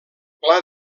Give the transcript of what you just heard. pla